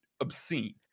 obscene